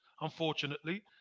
unfortunately